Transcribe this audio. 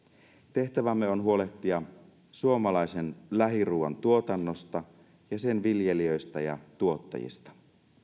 tehtävämme on huolehtia suomalaisen lähiruoan tuotannosta ja sen viljelijöistä ja tuottajista